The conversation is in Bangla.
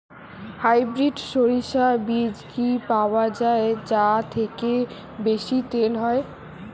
হাইব্রিড শরিষা বীজ কি পাওয়া য়ায় যা থেকে বেশি তেল হয়?